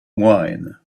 wine